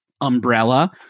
umbrella